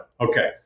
Okay